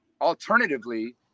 Alternatively